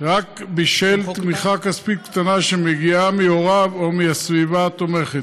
רק בשל תמיכה כספית קטנה שמגיעה מהוריו או מהסביבה התומכת.